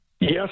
Yes